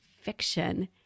fiction